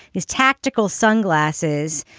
his tactical sunglasses.